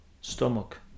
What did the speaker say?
stomach